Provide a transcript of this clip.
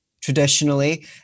Traditionally